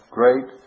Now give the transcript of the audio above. great